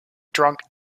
drunk